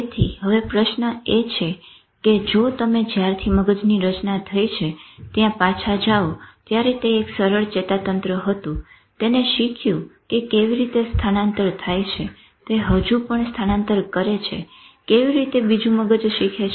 તેથી હવે પ્રશ્ન એ છે કે જો તમે જ્યારથી મગજની રચના થઇ છે ત્યાં પાછા જાવ ત્યારે તે એક સરળ ચેતાતંત્ર હતું તેને શીખ્યું કે કેવી રીતે સ્થાનાંતર થાય છે તે હજુ પણ સ્થાનાંતર કરે છે કેવી રીતે બીજું મગજ શીખે છે